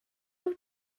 wyt